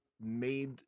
made